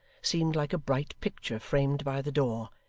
seemed like a bright picture framed by the door,